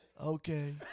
Okay